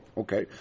Okay